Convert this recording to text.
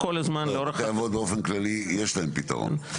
בתי אבות באופן כללי יש להם פתרון.